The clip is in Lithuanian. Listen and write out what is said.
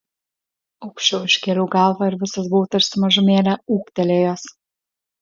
aukščiau iškėliau galvą ir visas buvau tarsi mažumėlę ūgtelėjęs